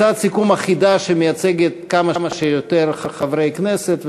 הצעת סיכום אחידה שמייצגת כמה שיותר חברי כנסת,